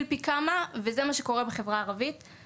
פי כמה וזה מה שקורה בחברה הערבית.